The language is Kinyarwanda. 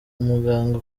umuganga